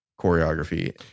choreography